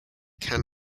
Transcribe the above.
can